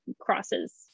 crosses